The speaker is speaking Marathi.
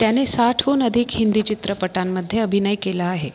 त्याने साठहून अधिक हिंदी चित्रपटांमध्ये अभिनय केला आहे